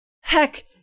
Heck